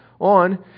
on